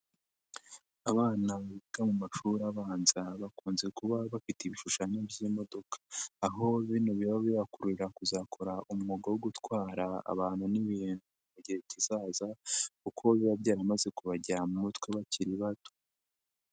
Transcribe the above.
Abana biga mu mashuri abanza bakunze kuba bafite ibishushanyo by'imodoka aho bino biba bibakururira kuzakora umwuga wo gutwara abantu n'ibintu mu gihe kizaza kuko biba byaramaze kubagera mu mutwe bakiri bato.